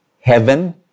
heaven